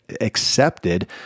accepted